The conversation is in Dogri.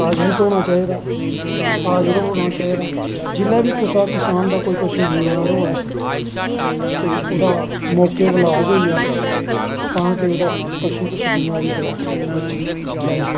प्रैजैंट होना चाही दा हाज़र होना चाही दा जिसलै बी कुसै किसान दा कोई पशु बमार होऐ ते ओह्दा मौके पर इलाज़ होई जा तां कि ओह्दा पशू उस बमारी कोला दा बची सकै